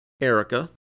Erica